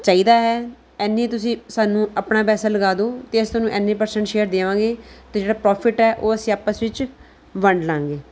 ਚਾਹੀਦਾ ਹੈ ਐਨੇ ਤੁਸੀਂ ਸਾਨੂੰ ਆਪਣਾ ਪੈਸਾ ਲਗਾ ਦਿਓ ਅਤੇ ਅਸੀਂ ਤੁਹਾਨੂੁੰ ਐਨੇ ਪ੍ਰਸੈਂਟ ਸ਼ੇਅਰ ਦੇਵਾਂਗੇ ਅਤੇ ਜਿਹੜਾ ਪ੍ਰੋਫਿਟ ਹੈ ਉਹ ਅਸੀਂ ਆਪਸ ਵਿੱਚ ਵੰਡ ਲਵਾਂਗੇ